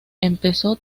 empezó